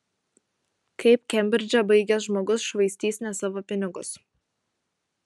kaip kembridžą baigęs žmogus švaistys ne savo pinigus